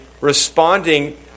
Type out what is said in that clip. responding